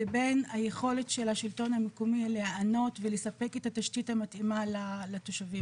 לבין היכולת של השלטון המקומי להיענות ולספק את התשתית המתאימה לתושבים.